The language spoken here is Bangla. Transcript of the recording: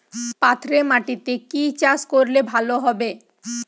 পাথরে মাটিতে কি চাষ করলে ভালো হবে?